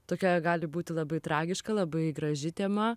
tokia gali būti labai tragiška labai graži tema